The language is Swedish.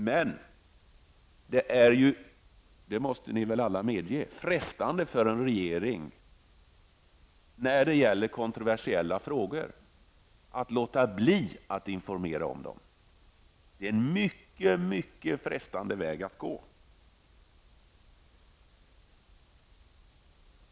Men det är frestande för en regering -- och det måste ni väl alla medge -- att låta bli att informera om kontroversiella frågor. Det är en mycket frestande väg att gå.